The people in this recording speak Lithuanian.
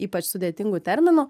ypač sudėtingų terminų